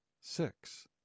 six